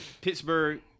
Pittsburgh